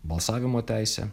balsavimo teisė